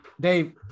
Dave